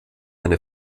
eine